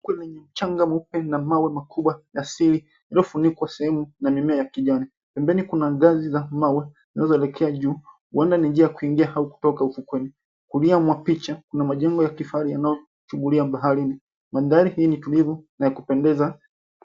Kwenye mchanga mweupe na mawe makubwa na siri iliyofunikwa sehemu na mimea ya kijani. Pembeni kuna ngazi za mawe zinazoelekea juu. Huenda ni njia ya kuingia au kutoka ufukweni. Kulia mwa picha kuna majengo ya kifahari yanayochungulia baharini. Mandhari hii ni tulivu na ya kupendeza.